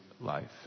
life